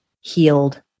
healed